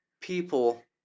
people